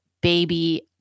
baby